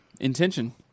Intention